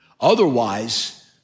Otherwise